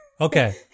Okay